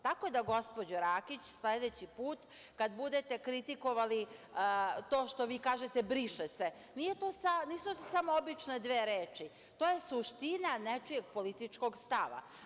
Tako da, gospođo Rakić, sledeći put kada budete kritikovali to što vi kažete – briše se, nisu to samo obične dve reči, to je suština nečijeg političkog stava.